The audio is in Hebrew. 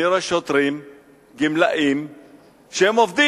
אני רואה שוטרים גמלאים שעובדים